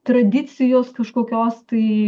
tradicijos kažkokios tai